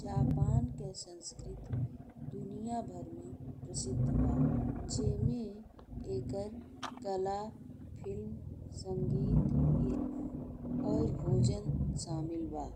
Japan के संस्कृति दुनिया भर में प्रसिद्ध बा। जे में एकर कला, फिल्म, संगीत, और भोजन शामिल बा।